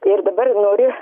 ir dabar noriu